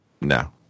no